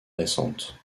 récente